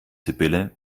sibylle